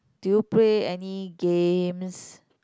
do you play any games